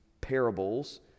parables